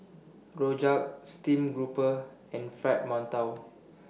Rojak Steamed Grouper and Fried mantou